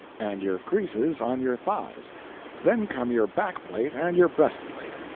and your cuisses on your thighs then come your backplate and your breastplate,